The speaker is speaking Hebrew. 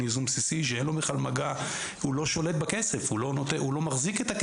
ייזום בסיסי שאין לו בכלל מגע והוא לא שולט בכסף ולא מחזיק אותו.